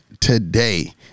today